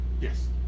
Yes